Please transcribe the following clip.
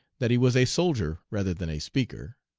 that he was a soldier rather than a speaker.